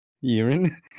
urine